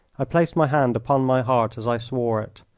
i placed my hand upon my heart as i swore it,